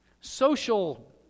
Social